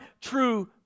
true